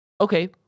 Okay